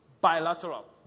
Bilateral